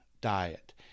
diet